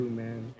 man